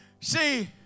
See